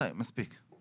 די, מספיק.